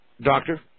doctor